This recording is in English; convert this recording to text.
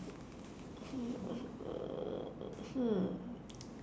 hmm